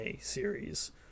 series